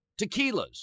tequilas